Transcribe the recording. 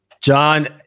john